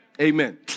Amen